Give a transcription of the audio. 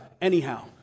Anyhow